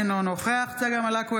אינו נוכח צגה מלקו,